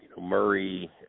Murray